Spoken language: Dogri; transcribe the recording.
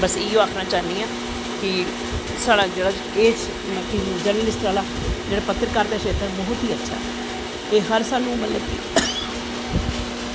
बस इयो आक्खनां चाह्न्नी आं कि साढ़ा जेह्ड़ा मतलव कि एह् जर्नलिस्ट आह्ला जेह्ड़ा पत्तरकारिता क्षेत्र ऐ बौह्त ही अच्छा ऐ एह् हर साह्नू मतलव कि